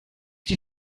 die